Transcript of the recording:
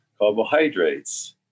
Carbohydrates